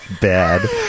bad